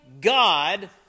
God